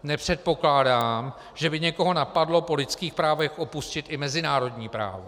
Nepředpokládám, že by někoho napadlo po lidských právech opustit i mezinárodní právo.